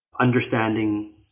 understanding